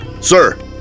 Sir